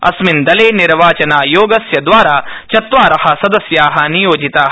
अस्मिन दले निर्वाचनायोगस्य दवारा चत्वार सदस्या नियोजिता